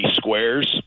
squares